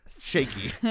shaky